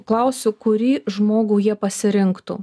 klausiu kurį žmogų jie pasirinktų